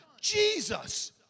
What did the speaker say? Jesus